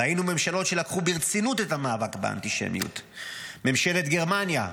ראינו ממשלות שלקחו ברצינות את המאבק באנטישמיות: ממשלת גרמניה,